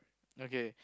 okay